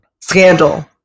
Scandal